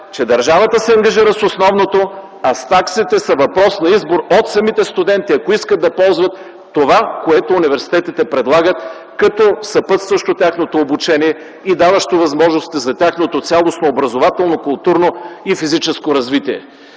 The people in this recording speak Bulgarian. че държавата се ангажира с основното, а таксите са въпрос на избор от самите студенти, ако искат да ползват това, което университетите предлагат като съпътстващо тяхното обучение и даващо възможности за тяхното цялостно образователно, културно и физическо развитие.